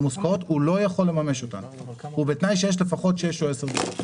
מושכרות הוא לא יכול לממש אותן ובתנאי שיש לפחות 6 או 10 דירות.